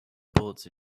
bullets